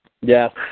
Yes